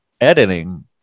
editing